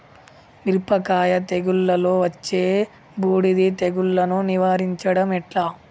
మిరపకాయ తెగుళ్లలో వచ్చే బూడిది తెగుళ్లను నివారించడం ఎట్లా?